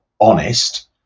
honest